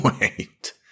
Wait